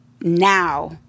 now